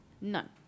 None